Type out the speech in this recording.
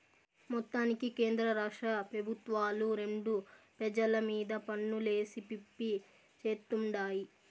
మొత్తానికి కేంద్రరాష్ట్ర పెబుత్వాలు రెండు పెజల మీద పన్నులేసి పిప్పి చేత్తుండాయి